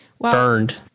burned